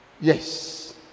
yes